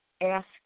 ask